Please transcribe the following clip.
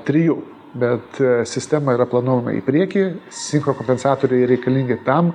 trijų bet sistema yra planuojama į priekį siko kompensatoriai reikalingi tam